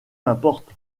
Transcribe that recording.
m’importe